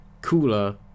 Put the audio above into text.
Cooler